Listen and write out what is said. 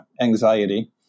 anxiety